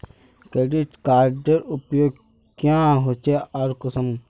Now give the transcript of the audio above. Credit कार्डेर उपयोग क्याँ होचे आर कुंसम?